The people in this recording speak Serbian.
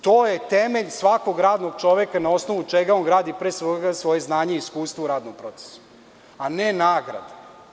To je temelj svakog radnog čoveka na osnovu čega on gradi pre svega svoje znanje i iskustvo u radnom procesu, a ne nagrade.